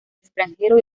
extranjero